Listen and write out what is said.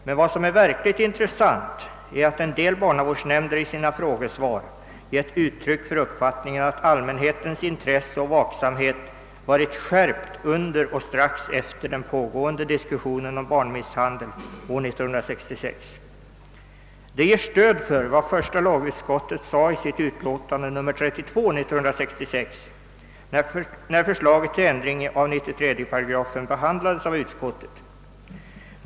Men vad som är verkligt intressant är att en del barnavårdsnämnder i sina frågesvar gett uttryck för uppfattningen, att allmänhetens intresse och vaksamhet varit skärpt under och strax efter den pågående diskussionen om barnmisshandel 1966. Det ger stöd för vad första lagutskottet sade i sitt utlåtande nr 32/1966 när förslaget till ändring av 93 § behandlades i utskottet.